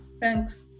thanks